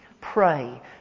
Pray